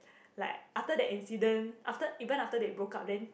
like after that incident after even after they broke up then